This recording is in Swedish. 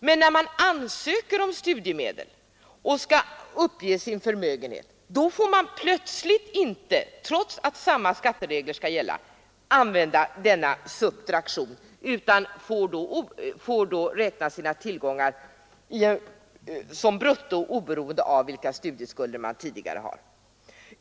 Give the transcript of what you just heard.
Men när man ansöker om studiemedel och skall uppge sin förmögenhet får man plötsligt inte — trots att samma skatteregler skall gälla — använda denna subtraktion utan måste då räkna sina tillgångar som brutto oberoende av vilka studieskulder man tidigare har.